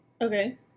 Okay